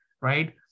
right